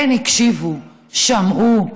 כן הקשיבו, שמעו,